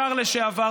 שר לשעבר,